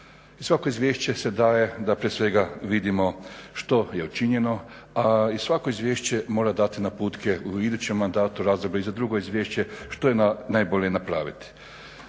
svako izvješće se daje da prije svega vidimo što je učinjeno, a i svako izvješće mora dati naputke u idućem mandatu, razdoblje i za drugo izvješće, što je najbolje napraviti.